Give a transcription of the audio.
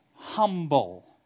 humble